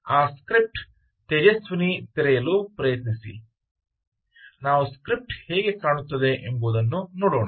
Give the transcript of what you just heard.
ಆ ಸ್ಕ್ರಿಪ್ಟ್ ತೇಜಸ್ವಿನಿ ತೆರೆಯಲು ಪ್ರಯತ್ನಿಸಿ ನಾವು ಸ್ಕ್ರಿಪ್ಟ್ ಹೇಗೆ ಕಾಣುತ್ತದೆ ಎಂಬುದನ್ನು ನೋಡೋಣ